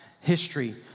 history